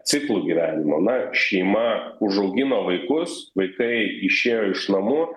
ciklų gyvenimo na šeima užaugino vaikus vaikai išėjo iš namų